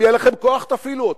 אם יהיה לכם כוח, תפעילו אותם.